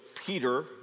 Peter